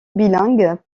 bilingue